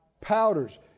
powders